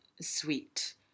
sweet